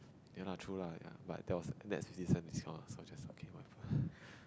ya lah true lah ya but that was that's fifty cents discount so I just okay whatever